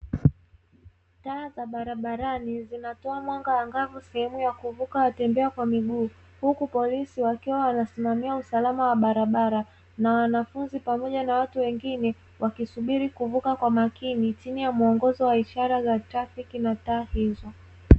Taa za barabarani zinatoa mwanga angavu, sehemu ya kuvuka watembea kwa miguu, huku polisi wakiwa wanasimamia usalama wa barabara, na wanafunzi pamoja na watu wengine wakisubiri kuvuka kwa makini, chini ya muongozo wa ishara za trafiki na taa hizo.